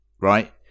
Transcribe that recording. Right